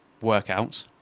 workout